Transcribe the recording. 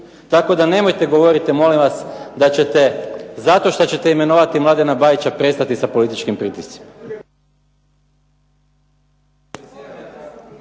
Tako da nemojte govoriti molim vas da ćete zato što ćete imenovati Mladena Bajića prestati sa političkim pritiscima.